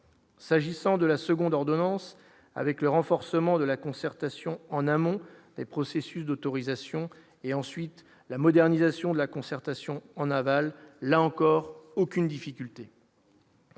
S'agissant de la seconde ordonnance avec le renforcement de la concertation en amont et processus d'autorisation et ensuite la modernisation de la concertation en aval, là encore, aucune difficulté.